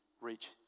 reach